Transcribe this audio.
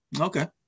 Okay